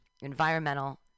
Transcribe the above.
environmental